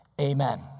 amen